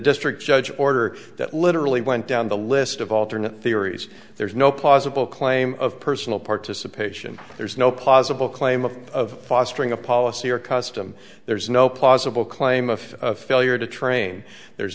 district judge order that literally went down the list of alternate theories there's no plausible claim of personal participation there's no possible claim of fostering a policy or custom there's no plausible claim of failure to train there's